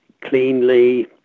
cleanly